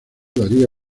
daría